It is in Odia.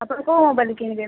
ଆପଣ କେଉଁ ମୋବାଇଲ କିଣିବେ